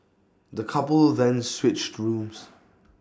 the couple then switched rooms